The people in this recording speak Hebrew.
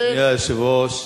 אדוני היושב-ראש,